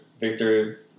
Victor